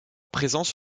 présence